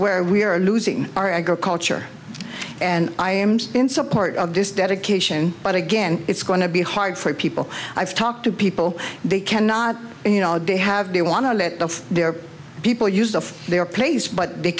where we are losing our agriculture and i am in support of this dedication but again it's going to be hard for people i've talked to people they cannot you know they have they want to let of their people use of their place but they